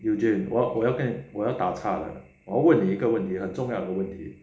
eugene 我要跟你我要打插了我要问你一个问题很重要的问题